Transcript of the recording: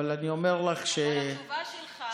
אבל אני אומר לך, אבל התשובה שלך מנותקת מהמציאות.